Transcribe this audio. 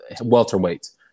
welterweights